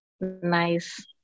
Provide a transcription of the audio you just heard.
nice